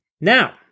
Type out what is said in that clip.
Now